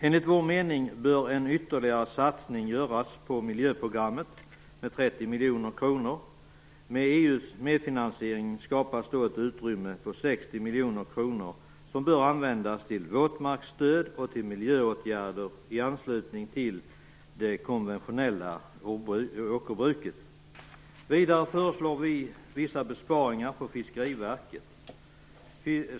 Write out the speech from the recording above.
Enligt vår mening bör en ytterligare satsning göras på miljöprogrammet med 30 miljoner kronor. Med EU:s medfinansiering skapas då ett utrymme på 60 miljoner kronor, som bör användas till våtmarksstöd och till miljöåtgärder i anslutning till det konventionella åkerbruket. Vidare föreslår vi vissa besparingar inom Fiskeriverket.